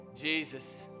Jesus